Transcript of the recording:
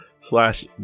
slash